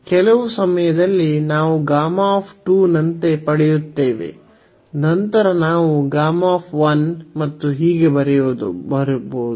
ಕೆಲವು ಸಮಯದಲ್ಲಿ ನಾವು Γ ನಂತೆ ಪಡೆಯುತ್ತೇವೆ ನಂತರ ನಾವು Γ ಮತ್ತು ಹೀಗೆ ಬರೆಯಬಹುದು